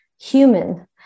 human